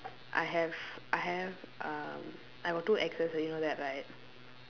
I have I have um I got two exes ah you know that right